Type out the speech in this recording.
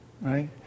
right